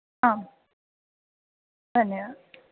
आं धन्यवादः